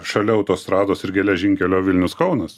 šalia autostrados ir geležinkelio vilnius kaunas